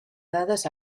dades